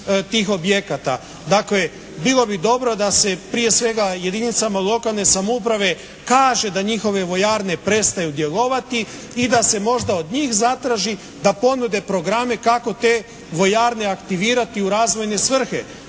Dakle bilo bi dobro da se prije svega jedinicama lokalne samouprave kaže da njihove vojarne prestaju djelovati i da se možda od njih zatraži da ponude programe kako te vojarne aktivirati u razvojne svrhe.